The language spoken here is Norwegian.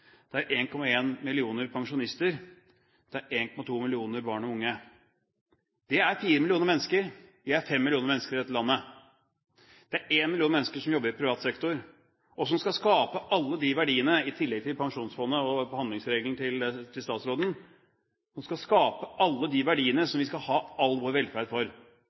Det er 1,1 millioner pensjonister og det er 1,2 millioner barn og unge. Det er fire millioner mennesker. Vi er fem millioner mennesker i dette landet. Det er én million mennesker som jobber i privat sektor, og som skal skape alle de verdiene – i tillegg til Pensjonsfondet og handlingsregelen til statsråden – som skal sørge for all vår velferd. Da er det vår jobb å skape